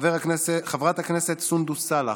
חברת הכנסת סונדוס סאלח,